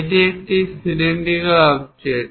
এটি একটি cylindrical object